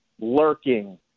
lurking